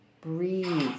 breathe